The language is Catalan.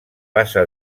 passa